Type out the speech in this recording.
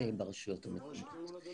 נתחיל את הישיבה מאפס.